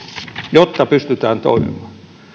jotta pystytään toimimaan